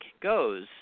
goes